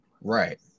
Right